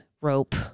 rope